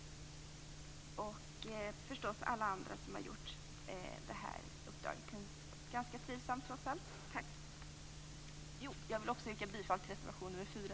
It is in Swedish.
Jag tackar förstås också alla andra som trots allt har gjort mitt uppdrag ganska trivsamt. Tack! Slutligen yrkar jag bifall till reservation 4.